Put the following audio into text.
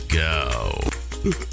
go